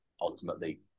ultimately